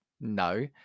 No